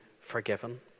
forgiven